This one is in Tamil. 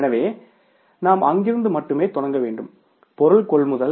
எனவே நாம் அங்கிருந்து மட்டுமே தொடங்க வேண்டும் பொருள் கொள்முதல்